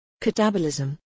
Catabolism